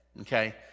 Okay